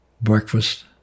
breakfast